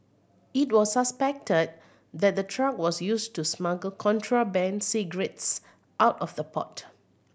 it was suspected that the truck was used to smuggle contraband cigarettes out of the port